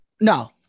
no